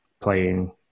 playing